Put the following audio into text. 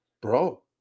Bro